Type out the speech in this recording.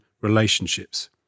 relationships